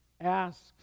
ask